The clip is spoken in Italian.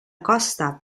costa